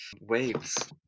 waves